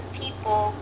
people